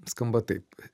skamba taip